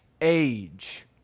age